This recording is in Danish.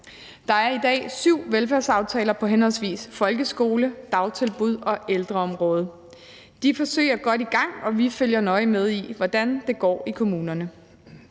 Der er i dag syv velfærdsaftaler på henholdsvis folkeskole-, dagtilbuds- og ældreområdet. De forsøg er godt i gang, og vi følger nøje med i, hvordan det går i kommunerne.